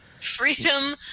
Freedom